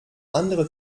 andere